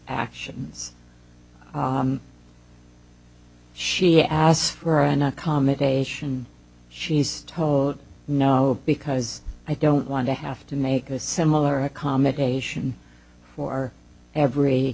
actions she asked for an accommodation she's told no because i don't want to have to make a similar accommodation for every